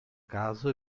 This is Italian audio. caso